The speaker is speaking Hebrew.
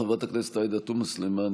חברת הכנסת עאידה תומא סלימאן,